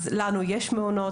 אז לנו יש מעונות,